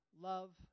love